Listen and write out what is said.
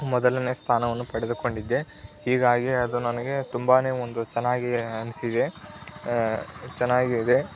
ಮೊದಲನೇ ಸ್ಥಾನವನ್ನು ಪಡೆದುಕೊಂಡಿದ್ದೆ ಹೀಗಾಗಿ ಅದು ನನಗೆ ತುಂಬಾ ಒಂದು ಚೆನ್ನಾಗಿ ಅನ್ನಿಸಿದೆ ಚೆನ್ನಾಗಿದೆ